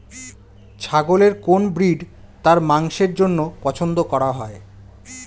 ছাগলের কোন ব্রিড তার মাংসের জন্য পছন্দ করা হয়?